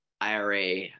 IRA